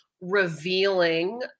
revealing